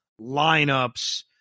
lineups